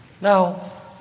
Now